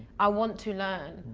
i want to learn.